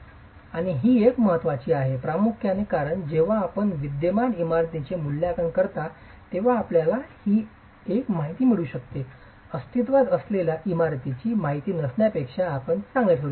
आणि ही एक महत्वाची माहिती आहे प्रामुख्याने कारण जेव्हा आपण विद्यमान इमारतींचे मूल्यांकन करता तेव्हा आपल्याला ही एक माहिती मिळू शकते अस्तित्त्वात असलेल्या इमारतीची माहिती नसण्यापेक्षा आपण चांगले ठेवलेले आहात